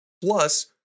plus